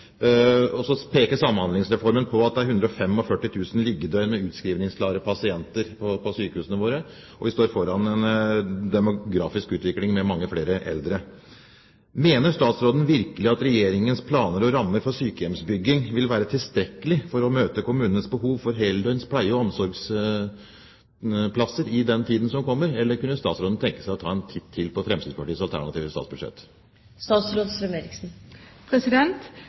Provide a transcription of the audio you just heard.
Og så peker Samhandlingsreformen på at det er 145 000 liggedøgn med utskrivningsklare pasienter på sykehusene våre, og vi står foran en demografisk utvikling med mange flere eldre. Mener statsråden virkelig at Regjeringens planer og rammer for sykehjemsbygging vil være tilstrekkelig for å møte kommunenes behov for heldøgns pleie- og omsorgsplasser i den tiden som kommer? Eller kunne statsråden tenke seg å ta en titt til på Fremskrittspartiets alternative statsbudsjett?